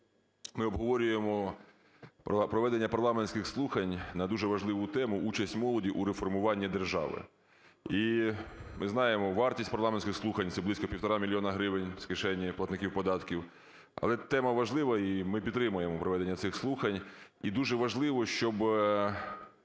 ми обговорюємо проведення парламентських слухань на дуже важливу тему: участь молоді у реформуванні держави. І ми знаємо вартість парламентських слухань, це близько півтора мільйона гривень з кишені платників податків, але тема важлива, і ми підтримуємо проведення цих слухань. І дуже важливо, щоб